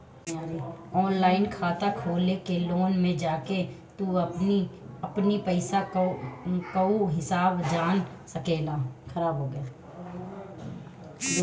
online खाता खोल के लोन में जाके तू अपनी पईसा कअ हिसाब जान सकेला